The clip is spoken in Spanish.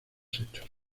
hechos